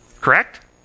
Correct